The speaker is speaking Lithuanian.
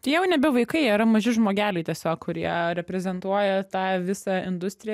tai jau nebe vaikai yra maži žmogeliai tiesiog kurie reprezentuoja tą visą industriją